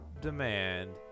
demand